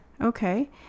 Okay